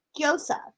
Joseph